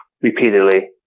Repeatedly